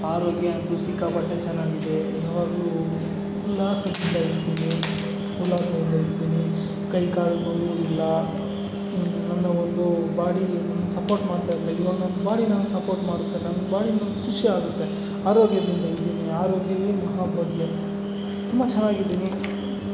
ಆರೋಗ್ಯ ಅಂತೂ ಸಿಕ್ಕಾಪಟ್ಟೆ ಚೆನ್ನಾಗಿದೆ ಯಾವಾಗಲೂ ಉಲ್ಲಾಸದಿಂದ ಇರ್ತೀನಿ ಉಲ್ಲಾಸದಿಂದ ಇರ್ತೀನಿ ಕೈಕಾಲು ನೋವು ಇಲ್ಲ ಅಂದರೆ ಮೊದಲು ಬಾಡಿ ಸಪೋರ್ಟ್ ಮಾಡ್ತಯಿರಲಿಲ್ಲ ಈಗ ನನ್ನ ಬಾಡಿ ನನ್ಗೆ ಸಪೋರ್ಟ್ ಮಾಡುತ್ತೆ ನನ್ನ ಬಾಡಿ ನನ್ಗೆ ಖುಷಿ ಆಗುತ್ತೆ ಆರೋಗ್ಯದಿಂದ ಇದ್ದೀನಿ ಆರೋಗ್ಯವೇ ಭಾಗ್ಯ ತುಂಬ ಚೆನ್ನಾಗಿದ್ದೀನಿ